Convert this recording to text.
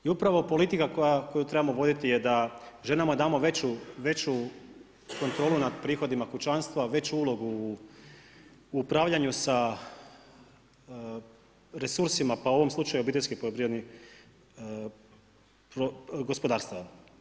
I upravo politika koju trebamo voditi je da ženama damo veću kontrolu nad prihodima kućanstva, veću ulogu u upravljanju sa resursima, pa u ovom slučaju OPG-ova.